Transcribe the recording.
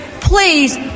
please